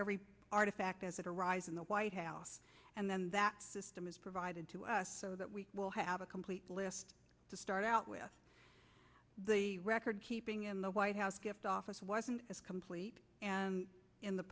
every artifact as it arrives in the white house and then that system is provided to us so that we will have a complete list to start out with the record keeping in the white house gift office wasn't as complete and in the